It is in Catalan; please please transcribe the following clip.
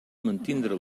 mantindre